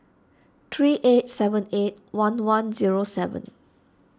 three eight seven eight one one zero seven